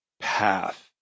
path